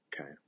Okay